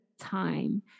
time